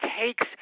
takes